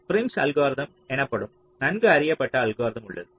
Prim's algorithm Prim's algorithm எனப்படும் நன்கு அறியப்பட்ட அல்கோரிதம் உள்ளது